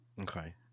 Okay